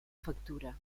factura